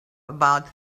about